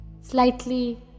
slightly